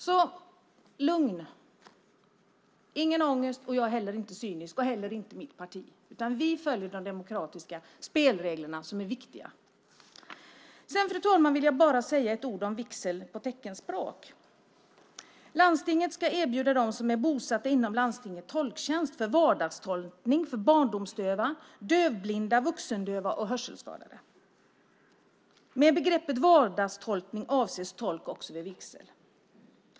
Lugn! Ingen ångest! Jag är inte cynisk, och det är inte heller mitt parti. Vi följer de demokratiska spelreglerna, som är viktiga. Fru talman! Jag vill bara säga några ord om vigsel på teckenspråk. Landstinget ska erbjuda tolktjänst för vardagstolkning för barndomsdöva, dövblinda, vuxendöva och hörselskadade bosatta inom landstinget. Med begreppet vardagstolkning avses också tolkning vid vigsel.